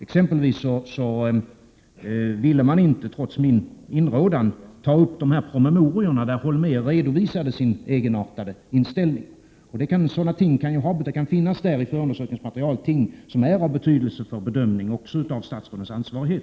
Exempelvis ville man inte, trots min inrådan, ta upp de promemorior där Holmér redovisade sin egenartade inställning. I förundersökningsmaterialet kan finnas ting som är av betydelse också för bedömningen av statsrådens ansvarighet.